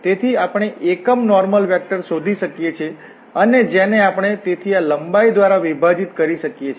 તેથી આપણે એકમ નોર્મલ વેક્ટર શોધી શકીએ છીએ અને જેને આપણે તેની લંબાઈ દ્વારા વિભાજીત કરી શકીએ છીએ